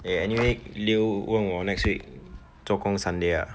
eh anyway leo 问我 next week 做工 sunday ah